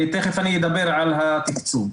ותיכף אדבר על התקצוב.